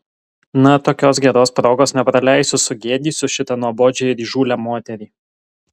na tokios geros progos nepraleisiu sugėdysiu šitą nuobodžią ir įžūlią moterį